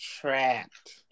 trapped